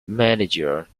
manager